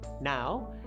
Now